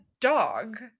dog